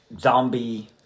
zombie